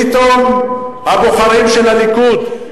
פתאום הבוחרים של הליכוד,